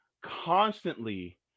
constantly